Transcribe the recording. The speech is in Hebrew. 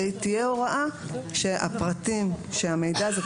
ותהיה הוראה שהפרטים של המידע הזה,